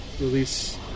release